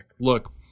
Look